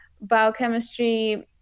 biochemistry